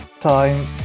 time